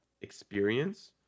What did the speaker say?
experience